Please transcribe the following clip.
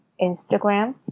Instagram